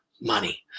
money